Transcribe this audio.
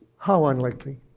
how unlikely?